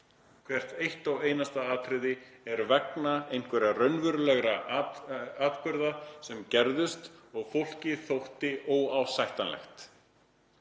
Hvert eitt og einasta atriði er vegna einhverra raunverulegra atburða sem gerðust og fólki þótti óásættanlegir